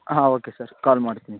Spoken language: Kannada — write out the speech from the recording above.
ಹಾಂ ಓಕೆ ಸರ್ ಕಾಲ್ ಮಾಡ್ತೀನಿ ಸರ್